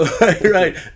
Right